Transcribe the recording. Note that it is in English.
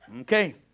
Okay